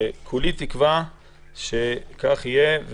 כולי תקווה שכך יהיה.